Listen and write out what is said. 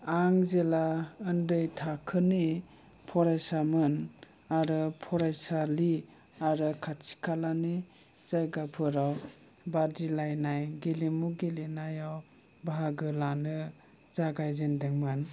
आं जेब्ला उन्दै थाखोनि फरायसामोन आरो फरायसालि आरो खाथि खालानि जायगाफोराव बादिलायनाय गेलेमु गेलेनायाव बाहागो लानो जागायजेन्दोंमोन